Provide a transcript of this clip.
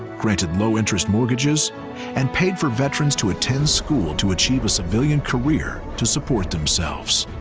granted low-interest mortgages and paid for veterans to attend school to achieve a civilian career to support themselves.